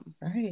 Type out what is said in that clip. right